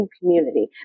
community